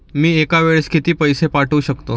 मी एका वेळेस किती पैसे पाठवू शकतो?